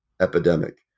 Epidemic